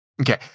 Okay